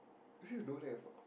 here don't have ah